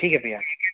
ठीक है भैया